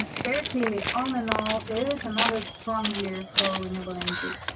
they're clearly all in all, there is another strong year for renewable energy.